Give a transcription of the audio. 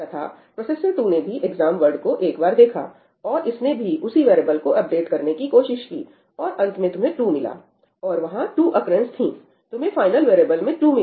तथा प्रोसेसर 2 ने भी एग्जाम वर्ड को एक बार देखा और इसने भी उसी वेरीएवल को अपडेट करने की कोशिश की और अंत में तुम्हें 2 मिला और वहां 2 अकरैंसस थी तुम्हें फाइनल वेरीएवल में 2 मिला